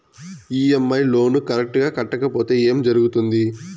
EMI loan correct గా కట్టకపోతే ఏం జరుగుతుంది